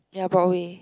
ya probably